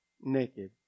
Naked